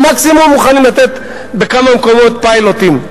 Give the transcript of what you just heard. הם מקסימום מוכנים לתת בכמה מקומות פיילוטים.